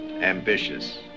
ambitious